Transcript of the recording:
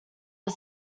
are